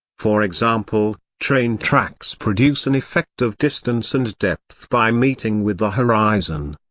for example, train tracks produce an effect of distance and depth by meeting with the horizon.